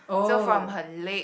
so from her leg